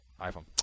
iPhone